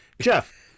Jeff